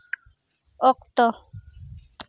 ᱚᱠᱛᱚ